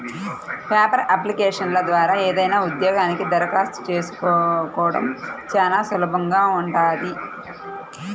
paper అప్లికేషన్ల ద్వారా ఏదైనా ఉద్యోగానికి దరఖాస్తు చేసుకోడం చానా సులభంగా ఉంటది